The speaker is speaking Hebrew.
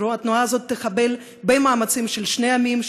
התנועה הזאת תחבל במאמצים של שני העמים,